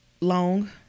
Long